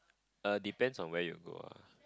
err depends on where you go ah